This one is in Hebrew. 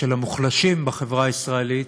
של המוחלשים בחברה הישראלית,